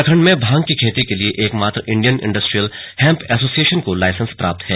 उत्तराखण्ड में भांग के खेती के लिए एकमात्र इण्डियन इण्डस्ट्रियल हैम्प एसोसिएशन को लाइसेंस प्राप्त है